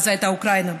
שאז הייתה באוקראינה.